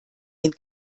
den